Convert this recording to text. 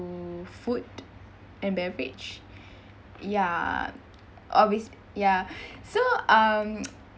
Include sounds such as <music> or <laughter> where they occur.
food and beverage ya obvious~ ya so um <noise>